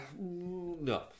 no